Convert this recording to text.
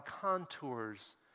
contours